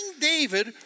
David